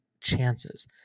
chances